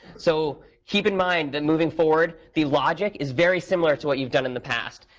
so keep in mind that, moving forward, the logic is very similar to what you've done in the past.